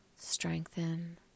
strengthen